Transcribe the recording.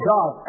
God